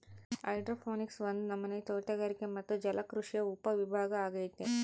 hydroponics ಒಂದು ನಮನೆ ತೋಟಗಾರಿಕೆ ಮತ್ತೆ ಜಲಕೃಷಿಯ ಉಪವಿಭಾಗ ಅಗೈತೆ